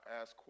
ask